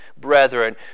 brethren